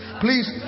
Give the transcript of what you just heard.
please